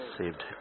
saved